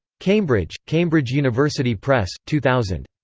cambridge cambridge university press, two thousand.